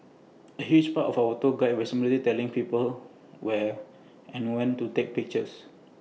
A huge part of A tour guide's responsibilities telling people where and when to take pictures